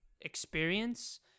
experience